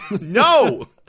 No